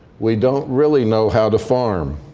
we don't really know how to farm.